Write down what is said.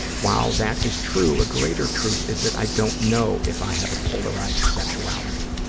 while that is true, a greater truth is that i don't know if i have a polarized sexuality.